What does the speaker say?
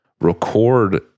record